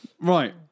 Right